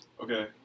Okay